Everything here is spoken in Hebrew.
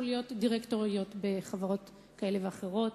להיות דירקטוריות בחברות כאלה ואחרות.